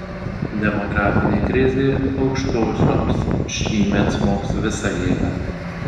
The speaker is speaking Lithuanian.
demografinė krizė aukštosioms šįmet smogs visa jėga